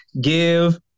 give